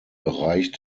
bereich